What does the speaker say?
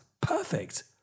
Perfect